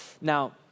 Now